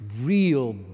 real